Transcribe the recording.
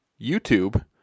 YouTube